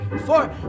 four